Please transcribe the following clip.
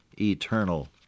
eternal